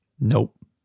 Nope